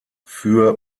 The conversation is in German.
für